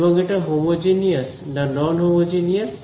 এবং এটা হোমোজিনিয়াস না নন হোমোজিনিয়াস